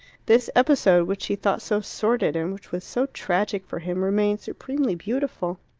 this episode, which she thought so sordid, and which was so tragic for him, remained supremely beautiful.